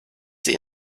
sie